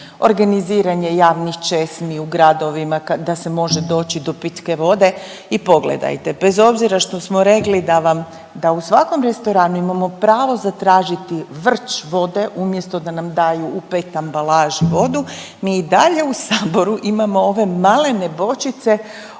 organiziranje javnih česmi u gradovima da se može doći do pitke vode i pogledajte bez obzira što smo rekli da u svakom restoranu imamo pravo zatražiti vrč vode umjesto da nam daju u PET ambalaži vodu mi i dalje u Saboru imamo ove malene bočice